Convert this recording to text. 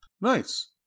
Nice